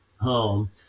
home